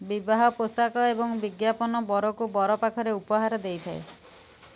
ବିବାହ ପୋଷାକ ଏବଂ ବିଜ୍ଞାପନ ବରକୁ ବର ପାଖରେ ଉପହାର ଦେଇଥାଏ